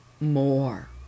more